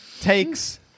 takes